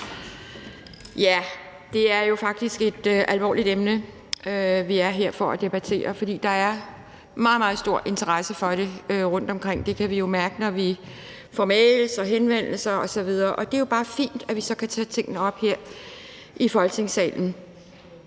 se! Det er jo faktisk et alvorligt emne, vi er her for at debattere, og der er meget, meget stor interesse for det rundtomkring. Det kan vi mærke, når vi får mails, henvendelser osv., og det er jo bare fint, at vi så kan tage tingene op her i Folketingssalen.